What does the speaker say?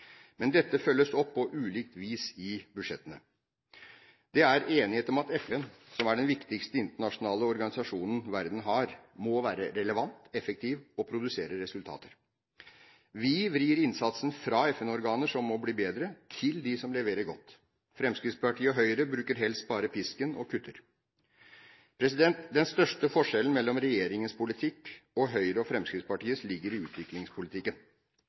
Men dette følges opp på ulikt vis i budsjettene. Det er enighet om at FN, som er den viktigste internasjonale organisasjonen verden har, må være relevant, effektiv og produsere resultater. Vi vrir innsatsen fra FN-organer som må bli bedre, til dem som leverer godt. Fremskrittspartiet og Høyre bruker helst bare pisken og kutter. Den største forskjellen mellom regjeringens politikk og Høyres og Fremskrittspartiets ligger i utviklingspolitikken.